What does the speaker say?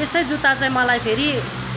त्यस्तै जुत्ता चाहिँ मलाई फेरि